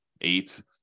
eight